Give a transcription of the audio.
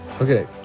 Okay